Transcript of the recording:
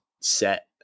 set